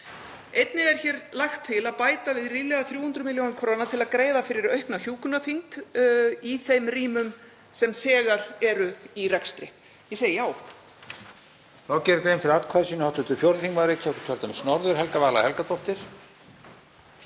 Einnig er hér lagt til að bæta við ríflega 300 millj. kr. til að greiða fyrir aukna hjúkrunarþyngd í þeim rýmum sem þegar eru í rekstri. Ég segi já.